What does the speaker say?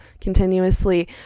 continuously